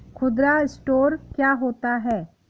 खुदरा स्टोर क्या होता है?